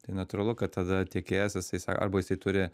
tai natūralu kad tada tiekėjas jisai arba jisai turi